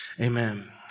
amen